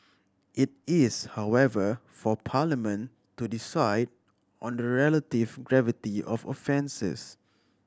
it is however for Parliament to decide on the relative gravity of offences